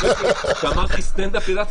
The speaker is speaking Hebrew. אנחנו רוצים לפתוח